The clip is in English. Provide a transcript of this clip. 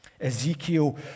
Ezekiel